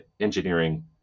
engineering